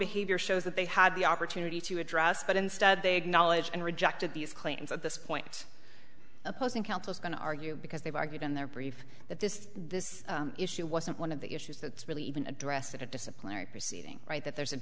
behavior shows that they had the opportunity to address but instead they acknowledged and rejected these claims at this point opposing counsel is going to argue because they've argued in their brief that this this issue wasn't one of the issues that really even addressed it a disciplinary proceeding right that there's